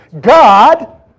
God